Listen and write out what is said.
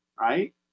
right